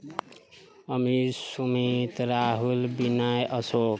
Amit Sumit Rahul Vinay Ashok